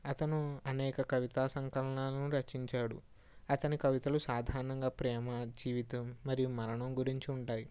అతను అనేక కవితా సంకలనాలను రచించాడు అతని కవితలు సాధారణంగా ప్రేమ జీవితం మరియు మరణం గురించి ఉంటాయి